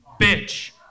bitch